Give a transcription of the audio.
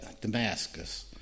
Damascus